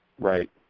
Right